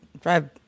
drive